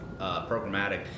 programmatic